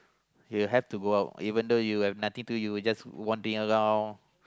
you have to go out even though you have nothing to you will just wandering around